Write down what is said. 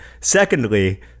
Secondly